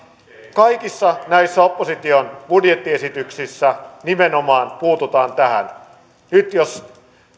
kaikissa näissä opposition budjettiesityksissä nimenomaan puututaan tähän nyt jos